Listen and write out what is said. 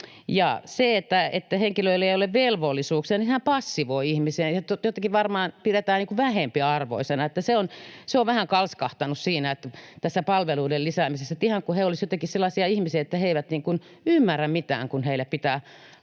sehän, että henkilöillä ei ole velvollisuuksia, passivoi ihmisiä, ja silloin jotenkin varmaan pidetään vähempiarvoisena. Se on vähän kalskahtanut tässä palveluiden lisäämisessä, että ihan kuin he olisivat jotenkin sellaisia ihmisiä, jotka eivät ymmärrä mitään, kun heille pitää